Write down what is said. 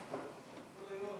השר לוין,